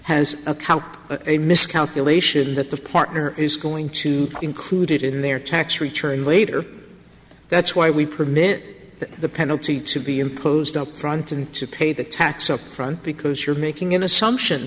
or a miscalculation that the partner is going to include it in their tax return later that's why we permit the pen to be enclosed upfront and to pay the tax upfront because you're making an assumption